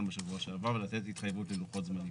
בשבוע שעבר ולתת התחייבות ללוחות זמנים.